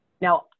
Now